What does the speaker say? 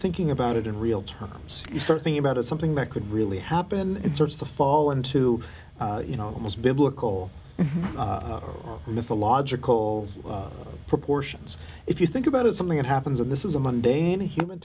thinking about it in real terms you start thinking about as something that could really happen and starts to fall into you know most biblical mythological proportions if you think about it something that happens and this is a mundane human